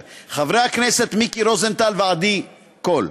חברי הכנסת מיקי רוזנטל ועדי קול,